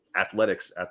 athletics